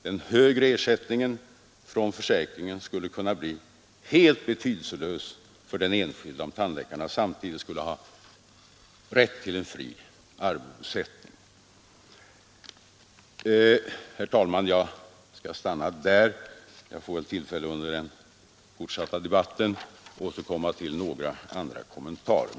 Den högre ersättningen från för säkringen skulle kunna bli helt betydelselös för den enskilde, om tandläkarna samtidigt skulle ha rätt till en fri arvodessättning. Herr talman! Jag skall stanna där. Jag får väl tillfälle att under den fortsatta debatten återkomma med några andra kommentarer.